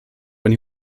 when